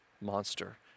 monster